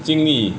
尽力